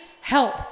help